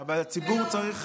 אבל הציבור צריך